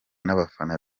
n’abafana